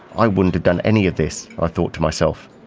i wouldn't have done any of this, i thought to myself.